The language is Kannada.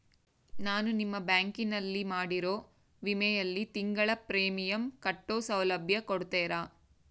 ನಾನು ನಿಮ್ಮ ಬ್ಯಾಂಕಿನಲ್ಲಿ ಮಾಡಿರೋ ವಿಮೆಯಲ್ಲಿ ತಿಂಗಳ ಪ್ರೇಮಿಯಂ ಕಟ್ಟೋ ಸೌಲಭ್ಯ ಕೊಡ್ತೇರಾ?